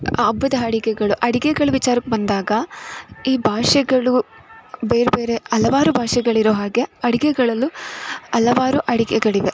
ಹಬ್ಬದ ಅಡುಗೆಗಳು ಅಡುಗೆಗಳ ವಿಚಾರಕ್ಕೆ ಬಂದಾಗ ಈ ಭಾಷೆಗಳು ಬೇರೆ ಬೇರೆ ಹಲವಾರು ಭಾಷೆಗಳು ಇರೋ ಹಾಗೆ ಅಡುಗೆಗಳಲ್ಲೂ ಹಲವಾರು ಅಡುಗೆಗಳಿವೆ